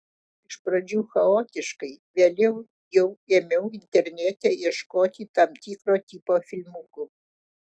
iš pradžių chaotiškai vėliau jau ėmiau internete ieškoti tam tikro tipo filmukų